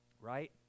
Right